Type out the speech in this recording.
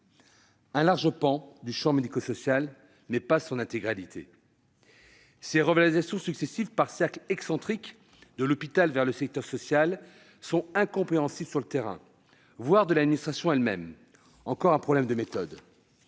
un large pan du champ médico-social, mais pas son intégralité. Ces revalorisations successives, par cercles excentriques, de l'hôpital vers le secteur social sont incompréhensibles pour les personnels sur le terrain, voire pour l'administration elle-même. Encore un problème de méthode.